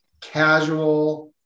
casual